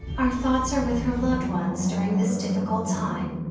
our thoughts are with her loved ones during this difficult time.